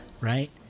right